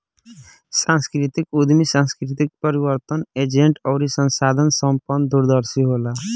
सांस्कृतिक उद्यमी सांस्कृतिक परिवर्तन एजेंट अउरी साधन संपन्न दूरदर्शी होला